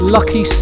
Lucky